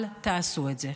אל תעשו את זה.